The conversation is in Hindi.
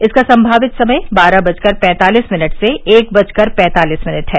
इसका संभावित समय बारह बजकर पैंतालिस मिनट से एक बजकर पैंतालिस मिनट है